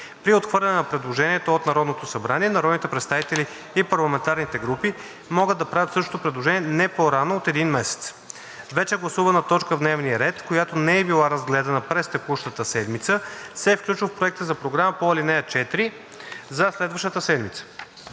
При отхвърляне на предложението от Народното събрание народните представители и парламентарните групи могат да правят същото предложение не по-рано от един месец. Вече гласувана точка в дневния ред, която не е била разгледана през текущата седмица, се включва в проекта за програма по ал. 4 за следващата седмица.